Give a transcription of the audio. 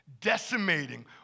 decimating